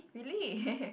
really